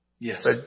Yes